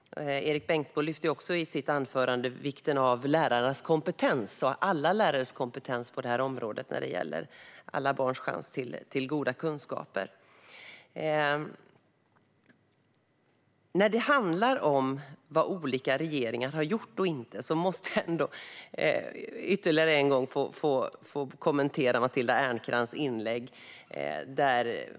Erik Bengtzboe tog i sitt anförande även upp vikten av lärarnas - alla lärares - kompetens när det gäller alla barns chans till goda kunskaper. När det handlar om vad olika regeringar har gjort och inte måste jag ytterligare en gång få kommentera Matilda Ernkrans inlägg.